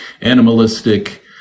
animalistic